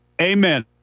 Amen